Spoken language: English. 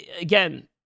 Again